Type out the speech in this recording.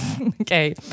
Okay